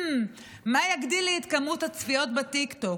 מה יגדיל לי את כמות הצפיות בטיקטוק,